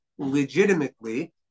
legitimately